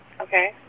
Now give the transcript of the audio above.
Okay